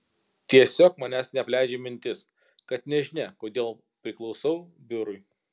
tiesiog manęs neapleidžia mintis kad nežinia kodėl priklausau biurui